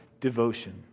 devotion